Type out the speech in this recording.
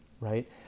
right